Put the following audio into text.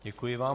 Děkuji vám.